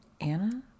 Anna